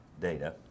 data